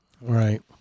Right